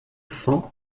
cent